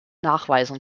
nachweisen